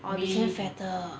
or it became fatter